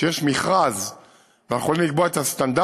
שיש מכרז ושאנחנו יכולים לקבוע את הסטנדרטים,